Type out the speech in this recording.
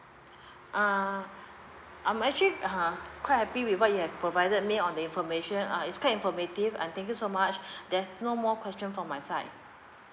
uh I'm actually ha quite happy with what you have provided me on the information uh is quite informative and thank you so much there's no more question from my side